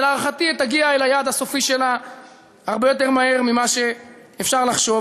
ולהערכתי היא תגיע ליעד הסופי שלה הרבה יותר מהר ממה שאפשר לחשוב.